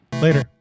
Later